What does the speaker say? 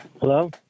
Hello